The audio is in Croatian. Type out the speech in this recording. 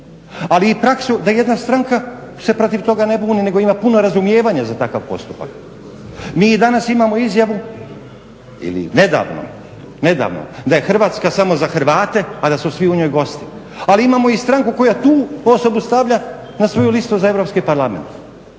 ali i praksu da se jedna stranka protiv toga ne buni nego ima puno razumijevanja za takav postupak. Mi i danas imamo izjavu ili nedavno da je Hrvatska samo za Hrvate, a da su svi u njoj gosti, ali imamo i stranku koja tu osobu stavlja na svoju listu za EU parlament.